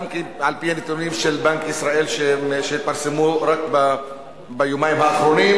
גם על-פי נתונים של בנק ישראל שהתפרסמו רק ביומיים האחרונים,